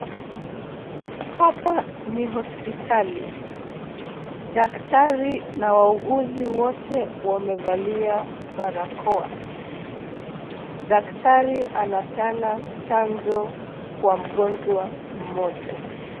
Hapa ni hospitali. Daktari na wauguzi wote wamevalia barakoa. Daktari anapeana chanjo kwa mgonjwa mmoja.